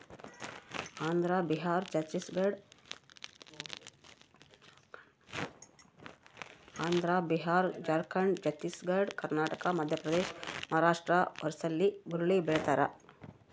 Andhra Bihar Jharkhand Chhattisgarh Karnataka Madhya Pradesh Maharashtra ಒರಿಸ್ಸಾಲ್ಲಿ ಹುರುಳಿ ಬೆಳಿತಾರ